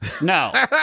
No